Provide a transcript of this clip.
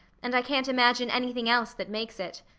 and i can't imagine anything else that makes it.